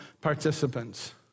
participants